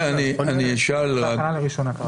זה הכנה לראשונה.